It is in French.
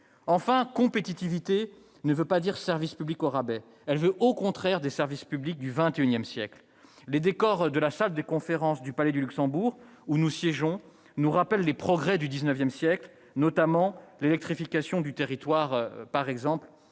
Enfin, la compétitivité ne signifie pas des services publics au rabais. Elle implique, au contraire, des « services publics du XXI siècle »! Les décors de la salle des conférences du Palais du Luxembourg, où siège le Sénat, nous rappellent les progrès du XIX siècle, notamment l'électrification du territoire.